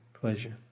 pleasure